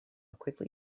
quickly